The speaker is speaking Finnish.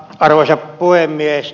arvoisa puhemies